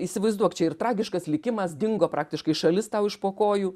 įsivaizduok čia ir tragiškas likimas dingo praktiškai šalis tau iš po kojų